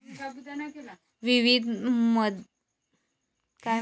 विविध मुदतींच्या मुदत ठेव खात्यांसाठी बँका व्याजदर देतात